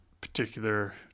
particular